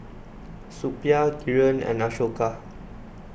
Suppiah Kiran and Ashoka